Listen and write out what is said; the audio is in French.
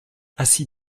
assis